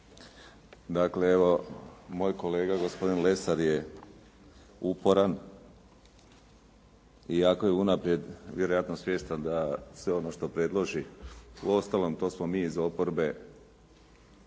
dakle evo moj kolega gospodin Lesar je uporan iako je unaprijed vjerojatno svjestan da sve ono što predloži, uostalom to smo mi iz oporbe